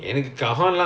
ya ya ya